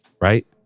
right